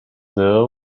there